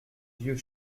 vieux